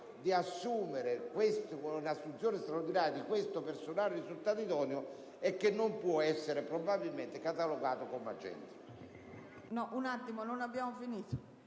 procedere all'assunzione straordinaria di questo personale risultato idoneo, ma che non può essere probabilmente catalogato come "agenti".